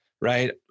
Right